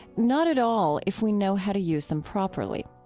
not at all if we know how to use them properly.